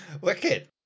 wicked